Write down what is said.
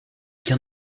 qu’un